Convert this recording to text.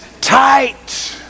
tight